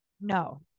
no